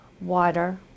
water